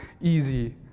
easy